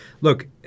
Look